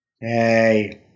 Hey